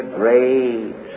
great